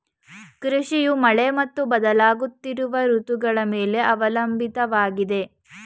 ಕೃಷಿಯು ಮಳೆ ಮತ್ತು ಬದಲಾಗುತ್ತಿರುವ ಋತುಗಳ ಮೇಲೆ ಅವಲಂಬಿತವಾಗಿದೆ